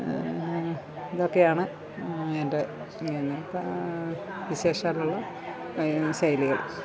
ഇതൊക്കെയാണ് എൻ്റെ എന്നാ വിശേഷാലുള്ള ശൈലികള്